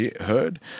heard